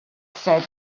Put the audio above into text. said